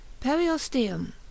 periosteum